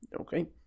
Okay